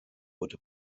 wurde